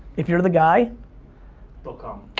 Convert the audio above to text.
if you're the guy they'll come,